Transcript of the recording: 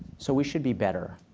so we should be better.